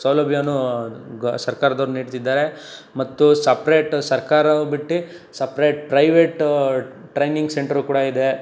ಸೌಲಭ್ಯವನ್ನು ಗಾ ಸರ್ಕಾರದವರು ನೀಡ್ತಿದ್ದಾರೆ ಮತ್ತು ಸಪ್ರೇಟ್ ಸರ್ಕಾರ ಬಿಟ್ಟಿ ಸಪ್ರೇಟ್ ಪ್ರೈವೇಟು ಟ್ರೇನಿಂಗ್ ಸೆಂಟ್ರೂ ಕೂಡ ಇದೆ